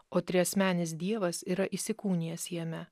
o triasmenis dievas yra įsikūnijęs jame